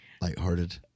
lighthearted